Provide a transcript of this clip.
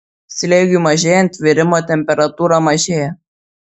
slėgiui mažėjant virimo temperatūra mažėja